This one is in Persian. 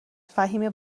فهمیه